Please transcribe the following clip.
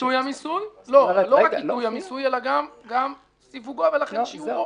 לא רק עיתוי המיסוי, אלא גם סיווגו ולכן שיעורו.